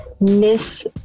miss